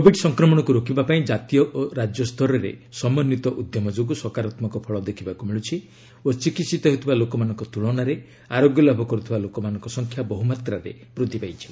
Covid ସଂକ୍ରମଣକୁ ରୋକିବା ପାଇଁ ଜାତୀୟ ଓ ରାଜ୍ୟସ୍ତରରେ ସମନ୍ଧିତ ଉଦ୍ୟମ ଯୋଗୁଁ ସକାରାତ୍ମକ ଫଳ ଦେଖିବାକୁ ମିଳୁଛି ଓ ଚିକିହିତ ହେଉଥିବା ଲୋକମାନଙ୍କ ତ୍ରଳନାରେ ଆରୋଗ୍ୟ ଲାଭ କର୍ରଥିବା ଲୋକମାନଙ୍କ ସଂଖ୍ୟା ବହୁ ମାତ୍ରାରେ ବୃଦ୍ଧି ପାଇଛି